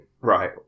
Right